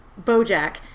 Bojack